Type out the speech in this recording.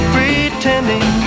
Pretending